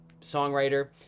songwriter